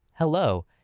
Hello